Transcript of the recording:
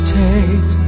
take